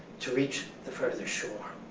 to reach the further shore.